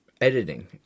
editing